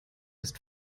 ist